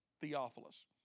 Theophilus